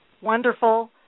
wonderful